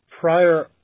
prior